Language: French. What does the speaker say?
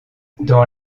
dans